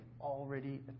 already